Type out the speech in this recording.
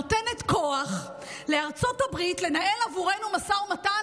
נותנת כוח לארצות הברית לנהל עבורנו משא ומתן,